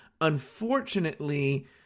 Unfortunately